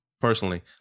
Personally